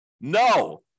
No